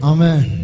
Amen